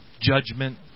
judgment